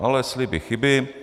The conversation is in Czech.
Ale sliby chyby.